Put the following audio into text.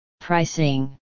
Pricing